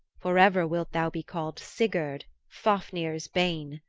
forever wilt thou be called sigurd, fafnir's bane.